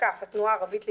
התנועה הערבית להתחדשות,